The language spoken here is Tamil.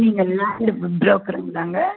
நீங்கள் லேண்ட் பு்ரோக்கருங்களாங்க